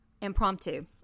impromptu